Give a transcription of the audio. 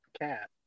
cat